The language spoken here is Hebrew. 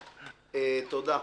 תודה.